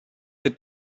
the